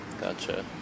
gotcha